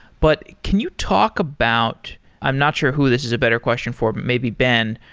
but can you talk about i'm not sure who this is a better question for, but maybe ben.